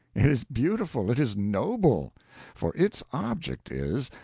it is beautiful, it is noble for its object is,